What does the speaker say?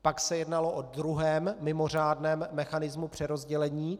Pak se jednalo o druhém mimořádném mechanismu přerozdělení.